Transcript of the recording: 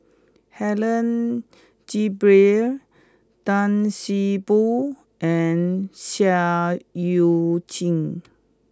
Helen Gilbey Tan See Boo and Seah Eu Chin